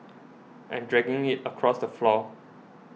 and dragging it across the floor